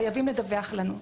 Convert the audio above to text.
חייבים לדווח לנו.